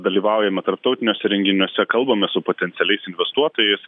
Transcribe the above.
dalyvaujame tarptautiniuose renginiuose kalbamės su potencialiais investuotojais